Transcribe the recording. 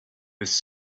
was